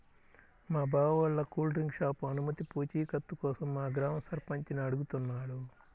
మా బావ వాళ్ళ కూల్ డ్రింక్ షాపు అనుమతి పూచీకత్తు కోసం మా గ్రామ సర్పంచిని అడుగుతున్నాడు